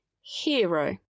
hero